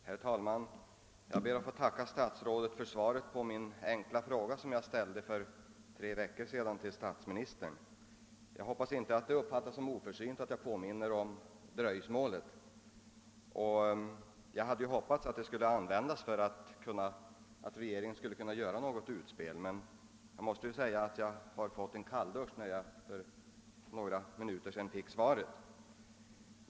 Herr talman! Jag ber att få tacka statsrådet för svaret på min enkla fråga, som jag framställde till statsministern för tre veckor sedan. Jag hoppas att det inte uppfattas som oförsynt att jag påminner om dröjsmålet. När svaret dröjde har jag hoppats på att frågan skulle kunna användas av regeringen för ett litet utspel, men jag fick något av en kalldusch när jag mottog svaret för några minuter sedan.